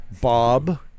Bob